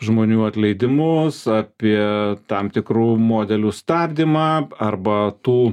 žmonių atleidimus apie tam tikrų modelių stabdymą arba tų